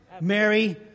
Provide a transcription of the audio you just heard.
Mary